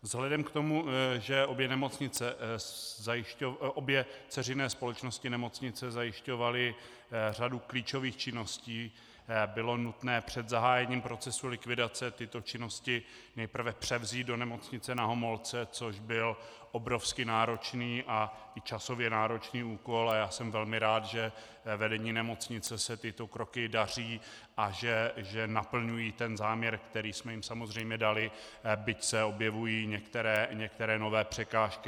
Vzhledem k tomu, že obě dceřiné společnosti nemocnice zajišťovaly řadu klíčových činností, bylo nutné před zahájením procesu likvidace tyto činnosti nejprve převzít do Nemocnice Na Homolce, což byl obrovsky náročný a i časově náročný úkol, a já jsem velmi rád, že vedení nemocnice se tyto kroky daří a že naplňují ten záměr, který jsme jim samozřejmě dali, byť se objevují některé nové překážky.